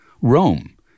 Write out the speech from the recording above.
Rome